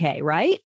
right